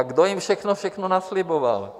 A kdo jim všechno, všechno nasliboval?